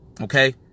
Okay